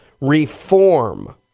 reform